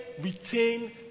retain